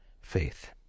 faith